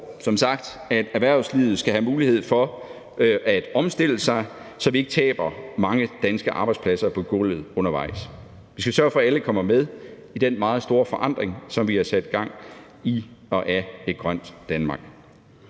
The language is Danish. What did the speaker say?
som sagt, at erhvervslivet skal have mulighed for at omstille sig, så vi ikke taber mange danske arbejdspladser på gulvet undervejs. Vi skal sørge for, at alle kommer med i den meget store forandring, som vi har sat i gang, i og af et grønt Danmark.